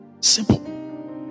Simple